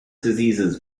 diseases